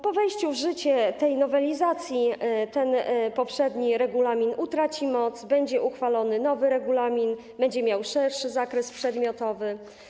Po wejściu w życie tej nowelizacji poprzedni regulamin utraci moc, będzie uchwalony nowy regulamin, który będzie miał szerszy zakres przedmiotowy.